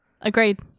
Agreed